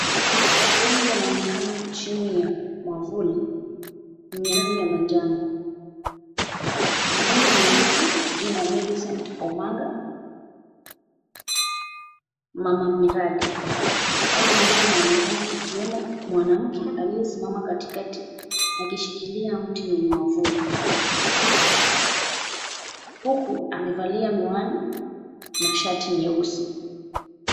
Watu wengi wanaonekana chini ya mwavuli yenye rangi ya manjano. Mwavuli imeandikwa jina Milicent Omanga, Mama miradi. Watu wengine wanaonekana ikiwemo mwanamke aliyesimama katikati akishikilia mti wenye mwavuli huku amevalia miwani na shati nyeusi.